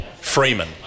Freeman